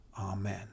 Amen